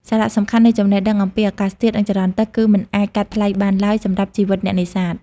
សារៈសំខាន់នៃចំណេះដឹងអំពីអាកាសធាតុ និងចរន្តទឹក គឺមិនអាចកាត់ថ្លៃបានឡើយសម្រាប់ជីវិតអ្នកនេសាទ។